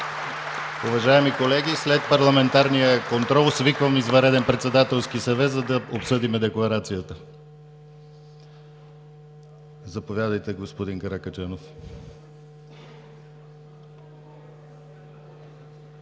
Уважаеми колеги, след парламентарния контрол свиквам извънреден Председателски съвет, за да обсъдим Декларацията. Заповядайте, господин Каракачанов.